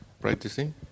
practicing